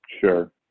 Sure